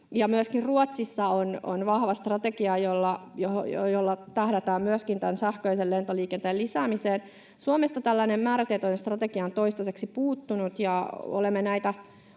myöskin Ruotsissa on vahva strategia, jolla tähdätään tämän sähköisen lentoliikenteen lisäämiseen. Suomesta tällainen määrätietoinen strategia on toistaiseksi puuttunut, ja olemme näitä